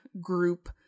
group